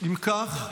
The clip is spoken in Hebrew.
אם כך,